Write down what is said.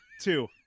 Two